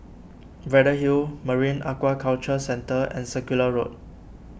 Braddell Hill Marine Aquaculture Centre and Circular Road